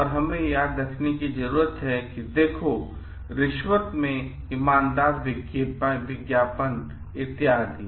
और यह हमें याद रखने की जरूरत है जैसे कि देखो रिश्वत में ईमानदार विज्ञापन इत्यादि